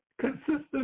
consistent